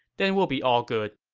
then we'll be all good.